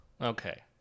Okay